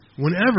whenever